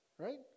Right